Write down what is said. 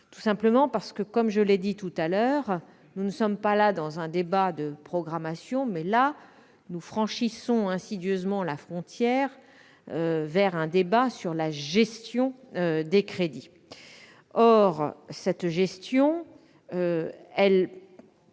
Tout simplement parce que, comme je l'ai dit précédemment, nous ne sommes plus là dans un débat de programmation : nous franchissons insidieusement la frontière vers un débat sur la gestion des crédits. Or il est d'ores et